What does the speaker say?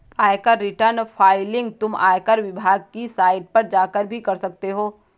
आयकर return filing तुम आयकर विभाग की साइट पर जाकर भी कर सकते हो